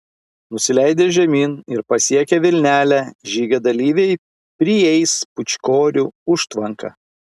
nusileidę žemyn ir pasiekę vilnelę žygio dalyviai prieis pūčkorių užtvanką